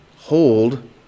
hold